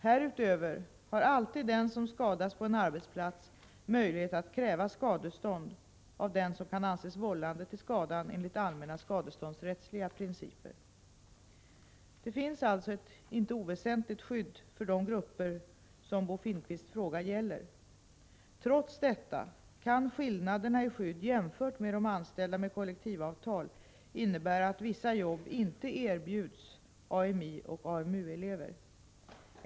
Härutöver har alltid den som skadas på en arbetsplats möjlighet att kräva skadestånd av den som kan anses vållande till skadan enligt allmänna skadeståndsrättsliga principer. Det finns alltså ett inte oväsentligt skydd för de grupper som Bo Finnkvists fråga gäller. Trots detta kan skillnaderna i skydd jämfört med anställda med kollektivavtal innebära att vissa jobb inte erbjuds AMI och AMU-elever.